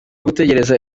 gutekereza